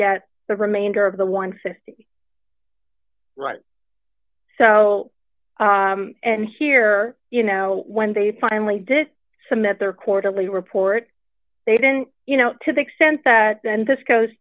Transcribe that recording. get the remainder of the one hundred right so and here you know when they finally did some that their quarterly report they didn't you know to the extent that and this goes